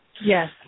Yes